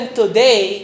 today